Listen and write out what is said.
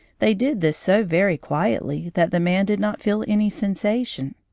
they did this so very quietly that the man did not feel any sensation.